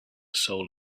soul